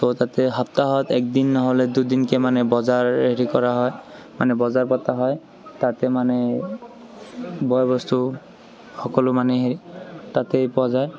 তো তাতে সাপ্তাহত একদিন নহ'লে দুদিনকে মানে বজাৰ হেৰি কৰা হয় মানে বজাৰ পতা হয় তাতে মানে বয় বস্তু সকলো বস্তু মানে হেই তাতে পোৱা যায়